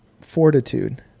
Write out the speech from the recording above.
fortitude